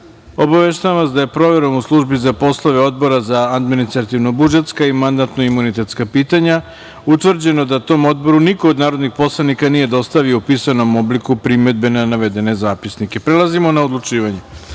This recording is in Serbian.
vas da je proverom u Službi za poslove Odbora za administrativno-budžetska i mandatno-imunitetska pitanja utvrđeno da tom Odboru niko od narodnih poslanika nije dostavio u pisanom obliku primedbe na navedeni zapisnike. Prelazimo na odlučivanje. Stavljam